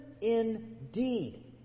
indeed